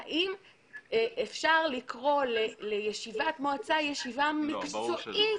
האם אפשר לקרוא לישיבת מועצה ישיבה מקצועית.